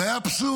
זה היה אבסורד.